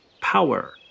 power